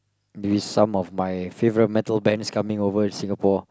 these some of my favourite metal bands is coming to Singapore